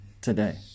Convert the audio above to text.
today